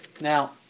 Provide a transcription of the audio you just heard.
Now